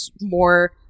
more